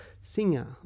singer